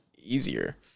easier